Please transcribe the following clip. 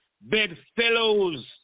bedfellows